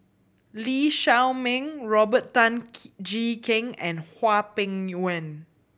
Lee Shao Meng Robert Tan Jee Keng and Hwang Peng Yuan